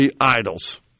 idols